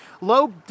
Low